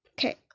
Okay